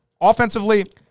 offensively –